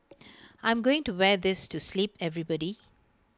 I'm going to wear this to sleep everybody